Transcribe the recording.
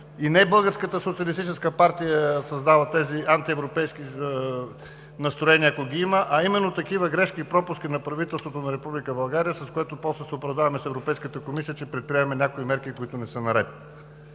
И не Българската социалистическа партия създава тези антиевропейски настроения, ако ги има, а именно такива грешки и пропуски на правителството на Република България, с което после се оправдаваме с Европейската комисия, че предприемаме някои мерки, които не са наред.